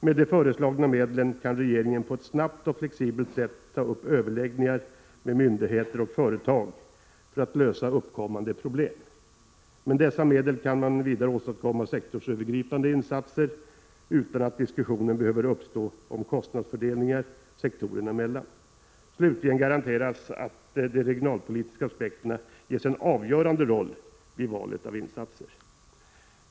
Med de föreslagna medlen kan regeringen på ett snabbt och flexibelt sätt ta upp överläggningar med myndigheter och företag för att lösa uppkommande problem. Med dessa medel kan man vidare åstadkomma sektorsövergripande insatser utan att diskussion behöver uppstå om kostnadsfördelningen sektorerna emellan. Slutligen garanteras att de regionalpolitiska aspekterna ges en avgörande roll vid valet av insatser.